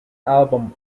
album